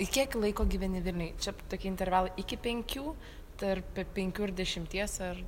i kiek laiko gyveni vilniuj čia toki intervalai iki penkių tarp penkių ir dešimties ar